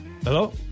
Hello